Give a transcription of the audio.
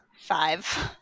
Five